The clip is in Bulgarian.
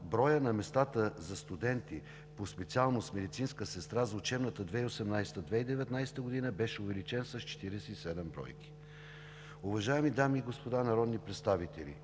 броят на местата за студенти по специалност „Медицинска сестра“ за учебната 2018 – 2019 г. с 47 бройки. Уважаеми дами и господа народни представители,